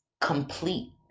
complete